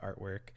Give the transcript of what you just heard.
artwork